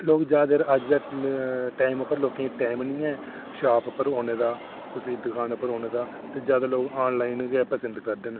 ते लोकें गी जैदातर अज्ज दे टाइम पर टैम निं ऐ शॉप पर औने दा कुसै दी दकान पर औने दा ते जैदा लोक ऑनलाइन गै पसंद करदे न